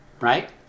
right